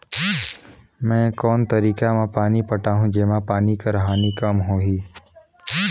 मैं कोन तरीका म पानी पटाहूं जेमा पानी कर हानि कम होही?